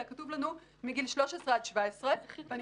אלא כתוב לנו מגיל 13 עד 17. בעניין הזה אני